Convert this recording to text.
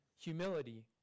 Humility